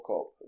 up